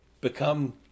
become